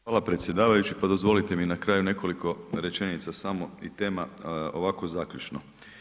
Hvala predsjedavajući, pa dozvolite mi na kraju nekoliko rečenica samo i tema ovako zaključno.